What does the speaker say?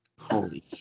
Holy